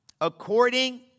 according